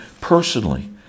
personally